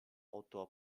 outdoor